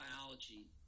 biology